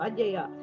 Ajaya